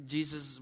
Jesus